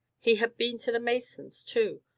he had been to the masons, too,